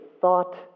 thought